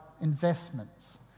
investments